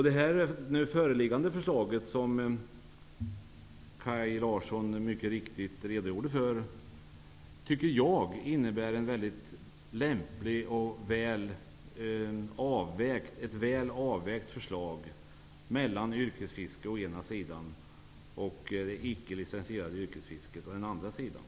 Det nu föreliggande förslaget, som Kaj Larsson mycket riktigt redogjorde för, är väldigt lämpligt och väl avvägt mellan yrkesfiske å ena sidan och det icke licensierade fisket å den andra sidan.